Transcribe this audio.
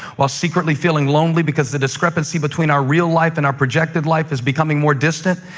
while secretly feeling lonely because the discrepancy between our real life and our projected life is becoming more distant,